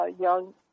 young